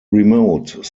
remote